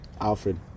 Alfred